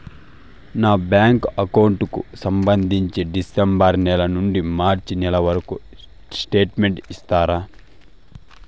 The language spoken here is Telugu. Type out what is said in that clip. నా బ్యాంకు అకౌంట్ కు సంబంధించి డిసెంబరు నెల నుండి మార్చి నెలవరకు స్టేట్మెంట్ ఇస్తారా?